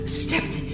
stepped